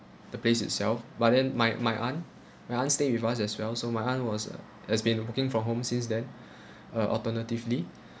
the place itself but then my my aunt my aunt stay with us as well so my aunt was a has been working from home since then uh alternatively